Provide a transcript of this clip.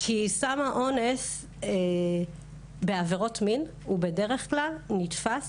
סם האונס בעבירות מין הוא בדרך כלל נתפס